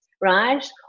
right